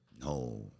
No